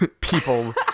people